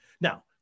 now